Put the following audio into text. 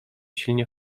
silnie